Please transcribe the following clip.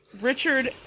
Richard